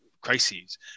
crises